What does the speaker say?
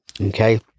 okay